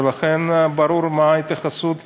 ולכן ברור מה ההתייחסות שלי.